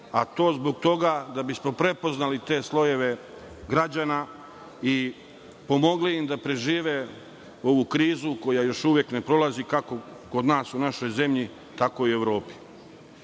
a to zbog toga da bismo prepoznali te slojeve građana i pomogli im da prežive ovu krizu koja još uvek ne prolazi, kako kod nas u našoj zemlji, tako i u Evropi. Osim